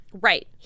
Right